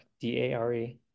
d-a-r-e